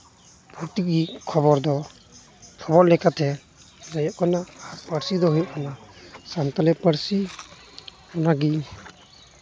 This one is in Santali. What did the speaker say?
ᱯᱷᱩᱨᱛᱤ ᱜᱮ ᱠᱷᱚᱵᱚᱨ ᱫᱚ ᱠᱷᱚᱵᱚᱨ ᱞᱮᱠᱟᱛᱮ ᱦᱩᱭᱩᱜ ᱠᱟᱱᱟ ᱯᱟᱹᱨᱥᱤ ᱫᱚ ᱦᱩᱭᱩᱜ ᱠᱟᱱᱟ ᱥᱟᱱᱛᱟᱞᱤ ᱯᱟᱹᱨᱥᱤ ᱚᱱᱟᱟᱜᱤ